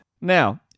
Now